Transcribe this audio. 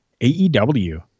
AEW